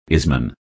Isman